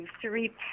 three